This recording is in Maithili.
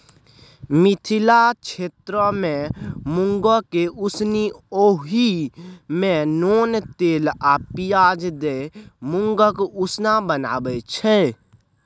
मिथिला क्षेत्रमे मुँगकेँ उसनि ओहि मे नोन तेल आ पियाज दए मुँगक उसना बनाबै छै